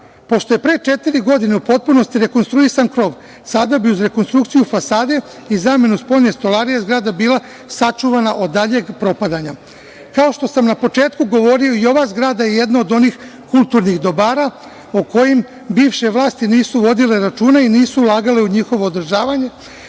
Pošto je pre četiri godine u potpunosti rekonstruisan krov, sada bi uz rekonstrukciju fasade i zamenu spoljne stolarije zgrada bila sačuvana od daljeg propadanja. Kao što sam na početku govorio i ova zgrada je jedna od onih kulturnih dobara o kojim bivše vlasti nisu vodile računa i nisu ulagale u njihovo održavanje,